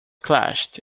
clashed